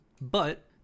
But-